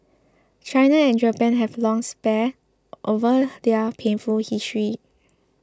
China and Japan have long sparred over their painful history